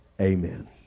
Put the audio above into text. Amen